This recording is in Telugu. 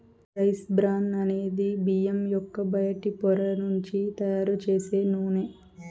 రైస్ బ్రాన్ అనేది బియ్యం యొక్క బయటి పొర నుంచి తయారు చేసే నూనె